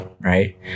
right